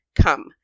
come